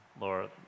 Laura